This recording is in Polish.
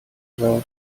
osiągnie